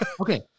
okay